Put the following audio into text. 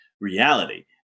reality